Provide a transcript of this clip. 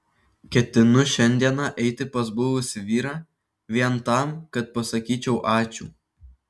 ketinu šiandieną eiti pas buvusį vyrą vien tam kad pasakyčiau ačiū